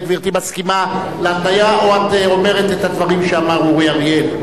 האם גברתי מסכימה להתניה או שאת אומרת את הדברים שאמר אורי אריאל?